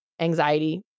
Anxiety